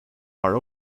are